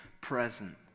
present